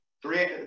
Three